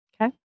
Okay